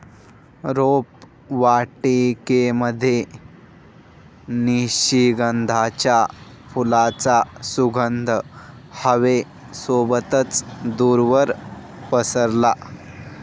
रोपवाटिकेमध्ये निशिगंधाच्या फुलांचा सुगंध हवे सोबतच दूरवर पसरला